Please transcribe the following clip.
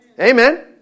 Amen